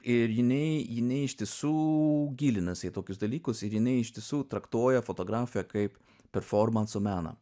ir jinai jinai ištisų gilinasi į tokius dalykus ir jinai ištisų traktuoja fotografė kaip performanso meną